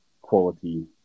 quality